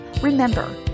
Remember